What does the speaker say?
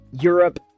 Europe